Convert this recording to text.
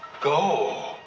Go